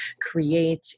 create